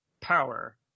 power